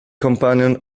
companion